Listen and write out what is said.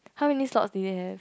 how many slots did they have